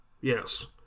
Yes